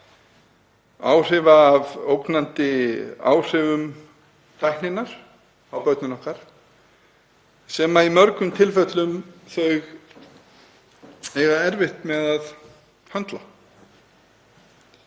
á vefnum, ógnandi áhrif tækninnar á börnin okkar sem í mörgum tilfellum eiga erfitt með að höndla